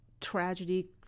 tragedy